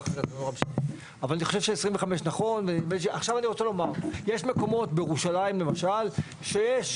אבל אני רוצה לומר שיש במקומות בירושלים למשל,